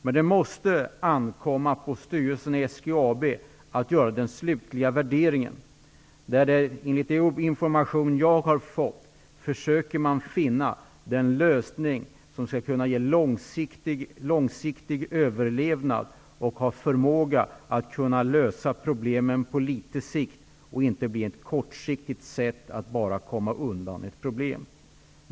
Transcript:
Men det måste ankomma på styrelsen i SGAB att göra den slutliga värderingen. Enligt den information jag har fått försöker man finna den lösning som skall kunna ge långsiktig överlevnad och som löser problemen på sikt. Det skall inte bara vara fråga om att kortsiktigt komma undan ett problem.